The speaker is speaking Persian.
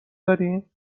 داریم